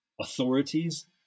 authorities